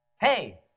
Hey